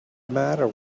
matter